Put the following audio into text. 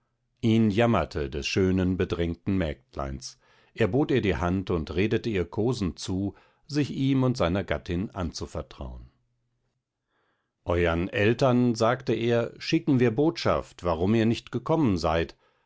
ihn jammerte des schönen bedrängten mägdleins er bot ihr die hand und redete ihr kosend zu sich ihm und seiner gattin anzuvertraun euern eltern sagte er schicken wir botschaft warum ihr nicht gekommen seid